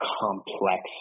complex